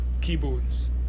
Keyboards